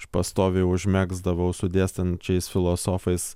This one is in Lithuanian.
aš pastoviai užmegzdavau su dėstančiais filosofais